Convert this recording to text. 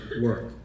work